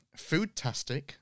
Foodtastic